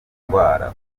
indwara